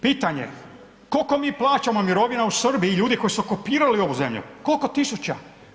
Pitanje koliko mi plaćamo mirovina u Srbiji ljudi koji su okupirali ovu zemlju, koliko tisuća?